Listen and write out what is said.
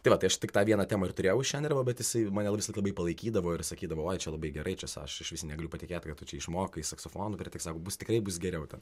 tai va tai aš tik tą vieną temą ir turėjau iš šenderovo bet jisai mane visąlaik labai palaikydavo ir sakydavo ai čia labai gerai čia aš išvis negaliu patikėt kad tu čia išmokai saksofonu per tiek sako bus tikrai bus geriau ten